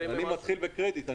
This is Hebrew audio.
אני מתחיל בקרדיט.